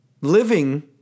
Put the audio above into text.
living